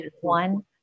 one